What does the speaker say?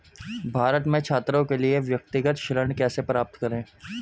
भारत में छात्रों के लिए व्यक्तिगत ऋण कैसे प्राप्त करें?